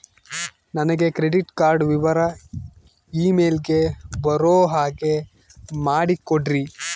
ನನಗೆ credit card ವಿವರ email ಗೆ ಬರೋ ಹಾಗೆ ಮಾಡಿಕೊಡ್ರಿ?